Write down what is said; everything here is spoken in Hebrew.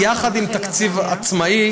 יחד עם תקציב עצמאי,